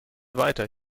weiter